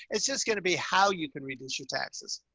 it's just going to be how you can reduce your taxes